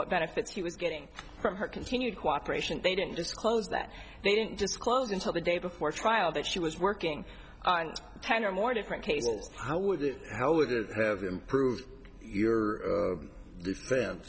what benefits he was getting from her continued cooperation they didn't disclose that they didn't disclose until the day before trial that she was working and ten or more different cases how would this how would have improved your